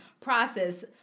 process